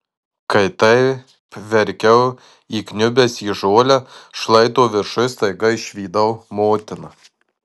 kai taip verkiau įkniubęs į žolę šlaito viršuj staiga išvydau motiną